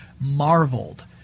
marveled